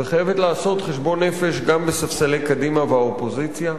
וחייבת לעשות חשבון נפש גם בספסלי קדימה והאופוזיציה.